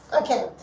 okay